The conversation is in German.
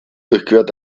durchquert